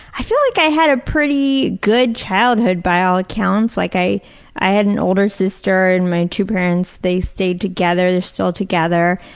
i feel like i had a pretty good childhood by all accounts. like i i had an older sister and my two parents. they stayed together. they're still together.